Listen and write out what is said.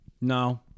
No